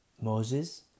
Moses